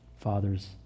Father's